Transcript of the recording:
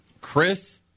Chris